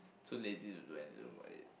too lazy to do anything about it